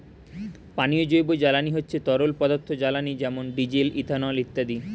পানীয় জৈব জ্বালানি হচ্ছে তরল পদার্থ জ্বালানি যেমন ডিজেল, ইথানল ইত্যাদি